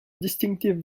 distinctive